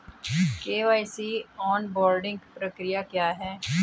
KYC onboarding प्रक्रिया क्या है?